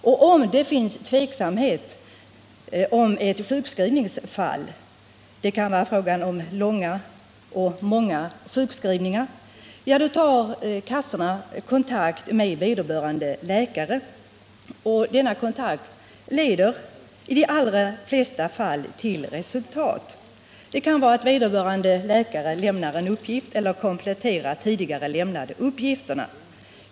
Råder det tveksamhet om ett sjukskrivningsfall— det kan vara fråga om långa och många sjukskrivningar — tar kassorna kontakt med vederbörande läkare, och denna kontakt leder i de allra flesta fall till resultat. Det kan vara så att vederbörande läkare lämnar en uppgift eller kompletterar tidigare lämnade uppgifter.